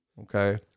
Okay